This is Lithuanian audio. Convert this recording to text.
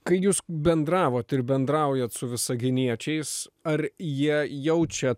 kai jūs bendravot ir bendraujat su visaginiečiais ar jie jaučia